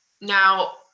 Now